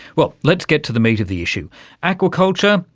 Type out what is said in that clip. well, let's get to the meat of the issue aquaculture,